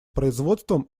производством